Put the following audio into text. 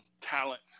talent